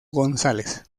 gonzález